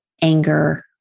anger